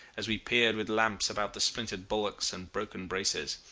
as we peered with lamps about the splintered bulwarks and broken braces.